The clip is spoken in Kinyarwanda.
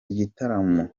igitaramo